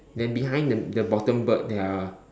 then behind the the bottom bird there are